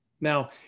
Now